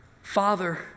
Father